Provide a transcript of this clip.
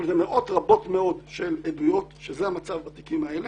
אבל מאות רבות מאוד של עדויות שזה המצב בתיקים האלה,